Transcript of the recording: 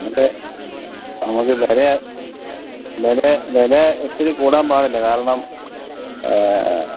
നമുക്ക് നമുക്ക് വില ഒത്തിരി കൂടാൻ പാടില്ല കാരണം